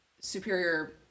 superior